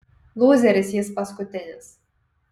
lūzeris jis paskutinis